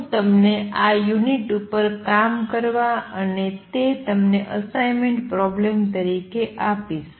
હું તમને આ યુનિટ ઉપર કામ કરવા અને તે તમને અસાઇંમેંટ પ્રોબ્લેમ તરીકે આપીશ